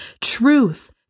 truth